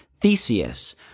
Theseus